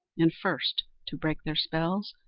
and first, to break their spells,